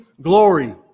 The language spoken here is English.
glory